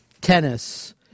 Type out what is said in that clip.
tennis